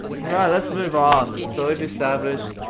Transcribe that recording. alright, let's move on. so we've established.